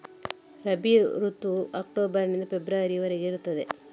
ರಬಿ ಋತುವು ಅಕ್ಟೋಬರ್ ನಿಂದ ಫೆಬ್ರವರಿ ವರೆಗೆ ಇರ್ತದೆ